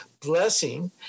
blessing